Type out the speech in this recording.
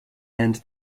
end